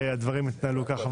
הדברים התנהלו כך.